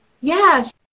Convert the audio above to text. Yes